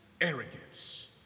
Arrogance